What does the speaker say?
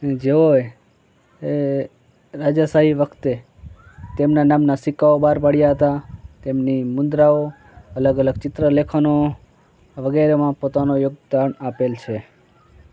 જેઓએ રાજાશાહી વખતે તેમના નામના સિક્કાઓ બહાર પાડ્યા હતા તેમની મુદ્રાઓ અલગ અલગ ચિત્રલેખનો વગેરેમાં પોતાનો યોગદાન આપેલ છે